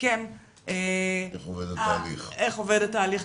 קצת יותר פרטים איך עובד התהליך.